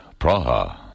Praha